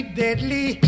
deadly